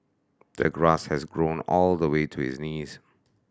the grass had grown all the way to his knees